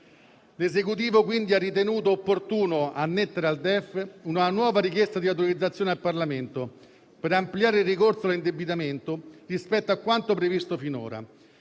L'Esecutivo quindi ha ritenuto opportuno annettere al DEF una nuova richiesta di autorizzazione al Parlamento, per ampliare il ricorso all'indebitamento rispetto a quanto previsto finora,